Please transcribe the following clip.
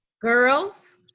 girls